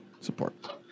support